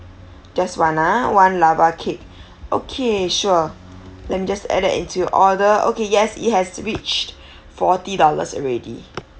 just one ah one lava cake okay sure let me just add that into your order okay yes it has reached forty dollars already